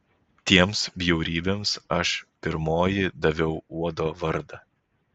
tiems bjaurybėms aš pirmoji daviau uodo vardą